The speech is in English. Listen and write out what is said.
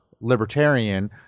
libertarian